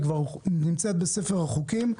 היא כבר נמצאת בספר החוקים.